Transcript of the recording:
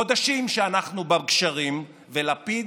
חודשים שאנחנו בגשרים, ולפיד?